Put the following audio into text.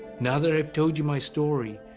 now that i've told you my story,